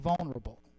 vulnerable